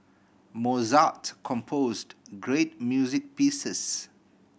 Mozart composed great music pieces